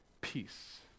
peace